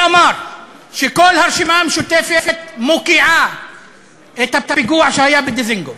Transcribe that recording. שאמר שכל הרשימה המשותפת מוקיעה את הפיגוע שהיה בדיזנגוף,